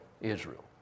Israel